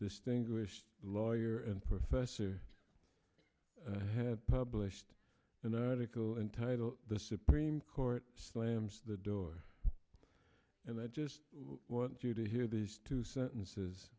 distinguished lawyer and professor have published an article entitled the supreme court slams the door and i just want you to hear these two sentences